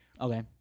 Okay